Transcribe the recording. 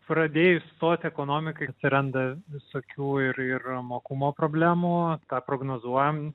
pradėjus stoti ekonomikai atsiranda visokių ir ir mokumo problemų tą prognozuojam